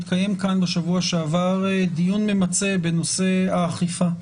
התקיים כאן בשבוע שעבר דיון ממצה בנושא האכיפה,